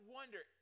wonder